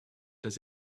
does